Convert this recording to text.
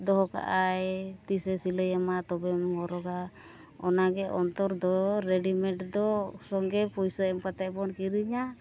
ᱫᱚᱦᱚ ᱠᱟᱜᱼᱟᱭ ᱛᱤᱥᱮ ᱥᱤᱞᱟᱹᱭ ᱟᱢᱟ ᱛᱚᱵᱮᱢ ᱦᱚᱨᱚᱜᱟ ᱚᱱᱟ ᱜᱮ ᱚᱱᱛᱚᱨ ᱫᱚ ᱨᱮᱰᱤᱢᱮᱰ ᱫᱚ ᱥᱚᱸᱜᱮ ᱯᱩᱭᱥᱟᱹ ᱮᱢ ᱠᱟᱛᱮᱫ ᱵᱚᱱ ᱠᱤᱨᱤᱧᱟ